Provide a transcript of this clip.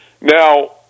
now